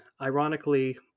Ironically